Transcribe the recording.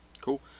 Cool